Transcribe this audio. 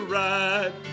right